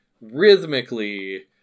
rhythmically